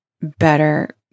better